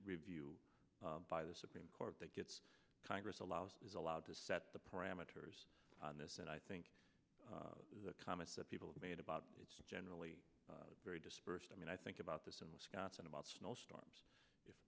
review by the supreme court that gets congress allows is allowed to set the parameters on this and i think the comments that people have made about generally very dispersed i mean i think about this in wisconsin about snowstorms